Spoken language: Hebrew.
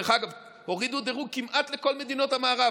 הורידו דירוג כמעט לכל מדינות המערב,